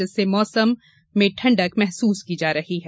जिससे मौसम ठंडक महसूस की जा रही है